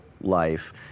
life